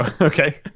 okay